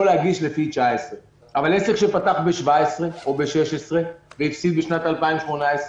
להגיש לפי 2019. אבל עסק שפתח ב-2017 או ב-2016 והפסיד בשנת 2018,